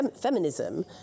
feminism